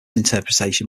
interpretation